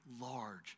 large